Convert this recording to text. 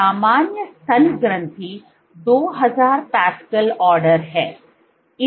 तो सामान्य स्तन ग्रंथि 200 पास्कल आडॅर है